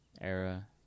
era